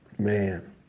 Man